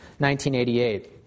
1988